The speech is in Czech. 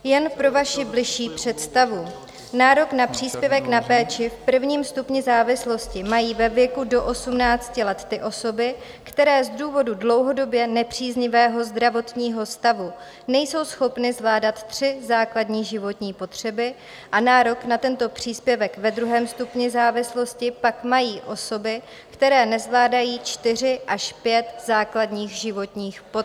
Jen pro vaši bližší představu, nárok na příspěvek na péči v prvním stupni závislosti mají ve věku do 18 let ty osoby, které z důvodu dlouhodobě nepříznivého zdravotního stavu nejsou schopny zvládat tři základní životní potřeby, a nárok na tento příspěvek ve druhém stupni závislosti pak mají osoby, které nezvládají čtyři až pět základních životních potřeb.